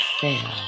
fail